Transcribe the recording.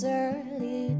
early